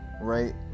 Right